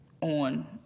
on